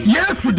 Yes